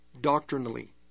doctrinally